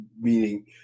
meaning